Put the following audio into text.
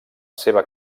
seva